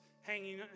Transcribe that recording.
hanging